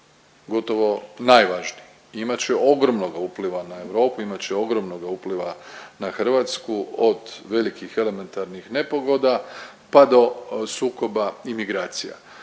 gotovo najvažniji. Imat će ogromnoga upliva na Europu, imat će ogromnoga upliva na Hrvatsku, od velikih elementarnih nepogoda pa do sukoba imigracija.